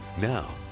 Now